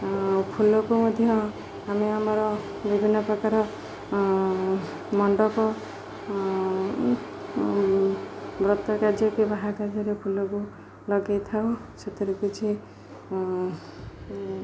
ଆଉ ଫୁଲକୁ ମଧ୍ୟ ଆମେ ଆମର ବିଭିନ୍ନ ପ୍ରକାର ମଣ୍ଡପ ବ୍ରତ କାର୍ଯ୍ୟ କି ବିବାହ କାର୍ଯ୍ୟରେ ଫୁଲକୁ ଲଗେଇଥାଉ ସେଥିରେ କିଛି